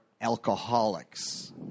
alcoholics